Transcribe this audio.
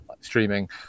Streaming